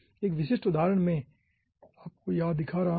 एक विशिष्ट उदाहरण मैं आपको यहां दिखा रहा हूं